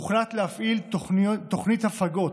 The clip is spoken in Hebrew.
הוחלט להפעיל תוכנית הפגות,